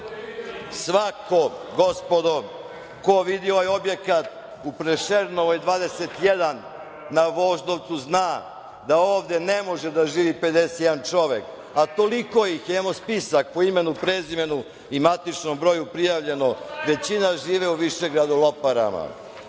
svako ko vidi ovaj objekat u Prešernovoj 21 na Voždovcu zna da ovde ne može da živi 51 čovek, a toliko ih je, evo spisak po imenu i prezimenu i matičnom broju, prijavljeno. Većina žive u Višegradu, u Loparama. Svako